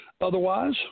otherwise